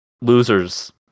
losers